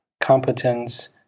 competence